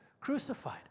crucified